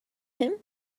him